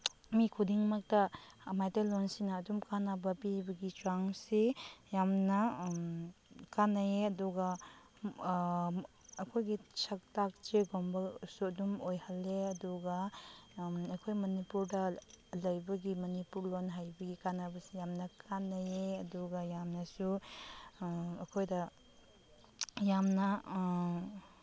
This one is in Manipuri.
ꯃꯤ ꯈꯨꯗꯤꯡꯃꯛꯇ ꯃꯩꯇꯩꯂꯣꯟꯁꯤꯅ ꯑꯗꯨꯝ ꯀꯥꯅꯕ ꯄꯤꯕꯒꯤ ꯆꯥꯡꯁꯤ ꯌꯥꯝꯅ ꯀꯥꯅꯩꯌꯦ ꯑꯗꯨꯒ ꯑꯩꯈꯣꯏꯒꯤ ꯁꯛꯇꯥꯛꯆꯦꯒꯨꯝꯕꯁꯨ ꯑꯗꯨꯝ ꯑꯣꯏꯍꯜꯂꯦ ꯑꯗꯨꯒ ꯑꯩꯈꯣꯏ ꯃꯅꯤꯄꯨꯔꯗ ꯂꯩꯕꯒꯤ ꯃꯅꯤꯄꯨꯔ ꯂꯣꯟ ꯍꯩꯕꯒꯤ ꯀꯥꯅꯕꯁꯤ ꯌꯥꯝꯅ ꯀꯥꯅꯩꯌꯦ ꯑꯗꯨꯒ ꯌꯥꯝꯅꯁꯨ ꯑꯩꯈꯣꯏꯗ ꯌꯥꯝꯅ